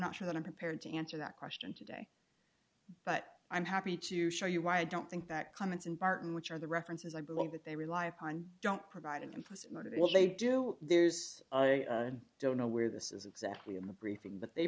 not sure that i'm prepared to answer that question today but i'm happy to show you why i don't think that clements and barton which are the references i believe that they rely upon don't provide an implicit motive if they do there's other i don't know where this is exactly in the briefing but they